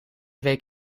week